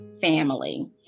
family